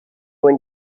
when